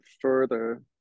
further